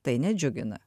tai nedžiugina